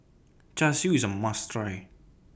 Char Siu IS A must Try